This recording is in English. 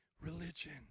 religion